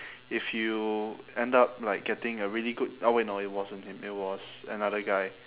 if you end up like getting a really good oh wait no it wasn't him it was another guy